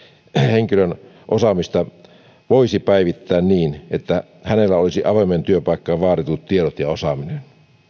henkilön osaamista voisi päivittää niin että hänellä olisi avoimeen työpaikkaan vaaditut tiedot ja osaaminen